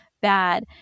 bad